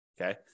okay